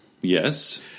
Yes